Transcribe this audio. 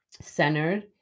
centered